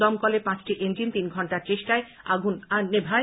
দমকলের পাঁচটা ইঞ্জিন তিন ঘন্টার চেষ্টায় ঐ আগুন নেভায়